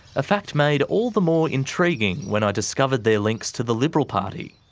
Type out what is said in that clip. a fact made all the more intriguing when i discovered their links to the liberal party.